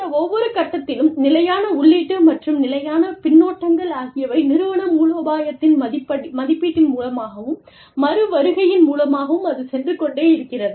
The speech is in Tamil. இந்த ஒவ்வொரு கட்டத்திலும் நிலையான உள்ளீட்டு மற்றும் நிலையான பின்னூட்டங்கள் ஆகியவை நிறுவன மூலோபாயத்தின் மதிப்பீட்டின் மூலமாகவும் மறு வருகையின் மூலமாகவும் அது சென்று கொண்டே இருக்கிறது